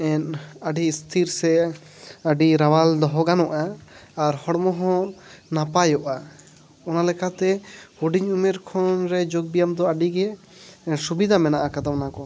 ᱟᱹᱰᱤ ᱤᱥᱛᱷᱤᱨ ᱥᱮ ᱟᱹᱰᱤ ᱨᱟᱣᱟᱞ ᱫᱚᱦᱚ ᱜᱟᱱᱚᱜᱼᱟ ᱟᱨ ᱦᱚᱲᱢᱚ ᱦᱚᱸ ᱱᱟᱯᱟᱭᱚᱜᱼᱟ ᱚᱱᱟ ᱞᱮᱠᱟ ᱛᱮ ᱦᱩᱰᱤᱧ ᱩᱢᱮᱨ ᱠᱷᱚᱱ ᱡᱳᱜᱽ ᱵᱮᱭᱟᱢ ᱫᱚ ᱟᱹᱰᱤ ᱜᱮ ᱥᱩᱵᱤᱫᱟ ᱢᱮᱱᱟᱜ ᱟᱠᱟᱫᱟ ᱚᱱᱟ ᱠᱚ